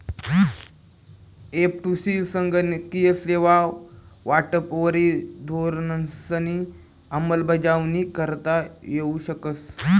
एफ.टु.सी संगणकीय सेवा वाटपवरी धोरणंसनी अंमलबजावणी करता येऊ शकस